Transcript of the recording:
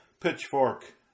Pitchfork